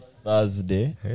Thursday